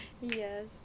Yes